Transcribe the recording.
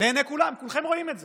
לעיני כולם, כולכם רואים את זה.